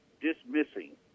dismissing